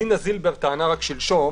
דינה זילבר טענה רק שלשום